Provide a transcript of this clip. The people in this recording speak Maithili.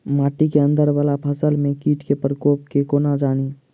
माटि केँ अंदर वला फसल मे कीट केँ प्रकोप केँ कोना जानि?